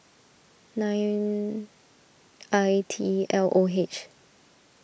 nine I T L O H